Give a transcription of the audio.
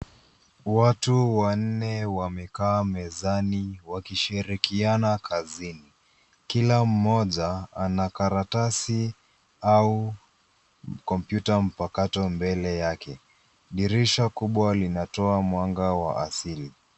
Watu wanne wamekaa mezani wakishirikiana kazini. Kila mmoja ana karatasi au kompyuta mpakato mbele yake dirisha kubwa linatoa mwanga wa asili.